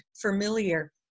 familiar